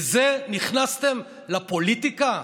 לזה נכנסתם לפוליטיקה?